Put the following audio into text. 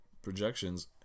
Projections